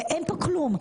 אין כאן כלום.